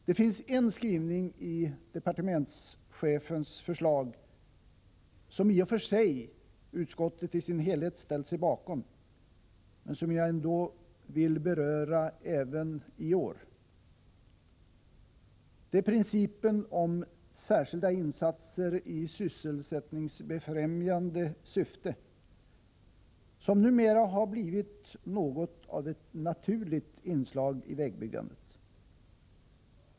Det finns en skrivning i departementschefens förslag, som utskottet i sin helhet i och för sig har ställt sig bakom men som jag ändå vill beröra även i år. Det är principen om särskilda insatser i sysselsättningsbefrämjande syfte, vilket nu har blivit något av ett naturligt inslag i vägbyggandet.